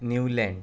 Newland